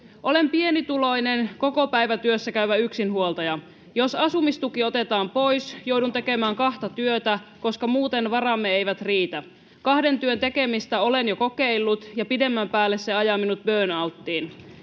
Olen pienituloinen, kokopäivätyössä käyvä yksinhuoltaja. Jos asumistuki otetaan pois, joudun tekemään kahta työtä, koska muuten varamme eivät riitä. Kahden työn tekemistä olen jo kokeillut, ja pidemmän päälle se ajaa minut burnoutiin.